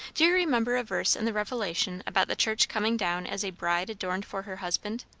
do you remember a verse in the revelation about the church coming down as a bride adorned for her husband?